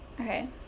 Okay